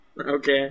Okay